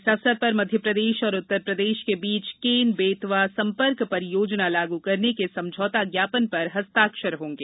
इस अवसर पर मध्यप्रदेश और उत्तरप्रदेश के बीच केन बेतवा संपर्क परियोजना लागू करने के समझौता ज्ञापन पर हस्ताक्षर होंगे